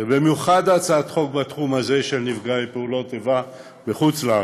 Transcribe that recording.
ובמיוחד הצעת חוק בתחום הזה של נפגעי פעולות איבה בחוץ-לארץ.